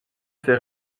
ses